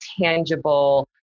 tangible